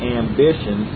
ambition